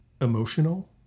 emotional